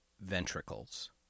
ventricles